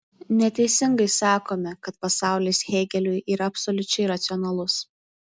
neteisingai sakome kad pasaulis hėgeliui yra absoliučiai racionalus